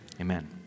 Amen